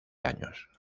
años